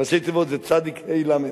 ראשי התיבות זה צד"י, ה"א, למ"ד.